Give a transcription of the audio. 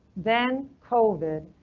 then covid.